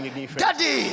Daddy